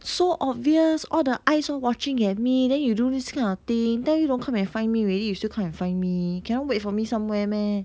so obvious all the eyes all watching at me then you do this kind of thing tell you don't come and find me already you still come and find me cannot wait for me somewhere meh